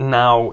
now